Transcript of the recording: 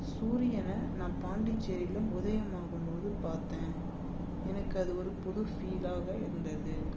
சூரியனை நான் பாண்டிசேரியில் உதயம் ஆகும்போது பார்த்தேன் எனக்கு அது ஒரு புது ஃபீலாக இருந்தது